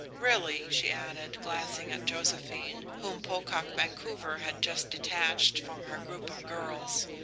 really, she added, glancing at josephine, whom pocock vancouver had just detached from her group of girls,